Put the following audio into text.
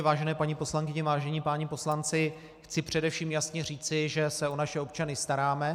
Vážené paní poslankyně, vážení páni poslanci, chci především jasně říci, že se o naše občany staráme.